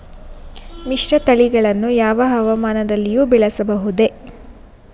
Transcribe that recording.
ಮಿಶ್ರತಳಿಗಳನ್ನು ಯಾವ ಹವಾಮಾನದಲ್ಲಿಯೂ ಬೆಳೆಸಬಹುದೇ?